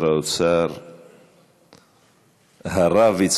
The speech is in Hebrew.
פה מחבל שמציג את עצמו כביצועיסט של רצח